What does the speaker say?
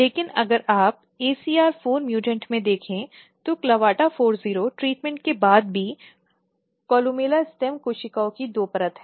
लेकिन अगर आप acr4 म्यूटेंट में देखें तो CLAVATA40 ट्रीटमेंट के बाद भी कोलुमेला स्टेम कोशिकाओं की दो परत है